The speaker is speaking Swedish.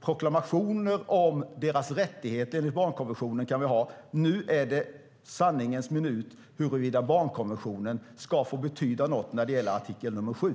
Proklamationer om deras rättigheter enligt barnkonventionen kan vi ha, och nu är det sanningens minut huruvida barnkonventionen ska få betyda något när det gäller artikel 7.